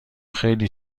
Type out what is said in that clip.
خیلی